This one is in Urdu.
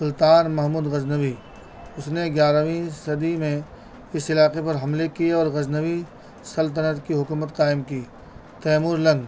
سلطان محمود غزنوی اس نے گیارہویں صدی میں اس علاقے پر حملے کئے اور غزنوی سلطنت کی حکومت قائم کی تیمور لنگ